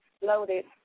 loaded